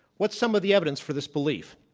what's some of the evidence for this belief?